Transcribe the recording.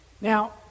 Now